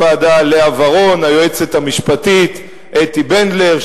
של מנהלת הוועדה לאה ורון והיועצת המשפטית אתי בנדלר.